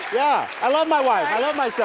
yeah, i love my wife, i love my son,